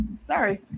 sorry